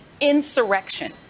insurrection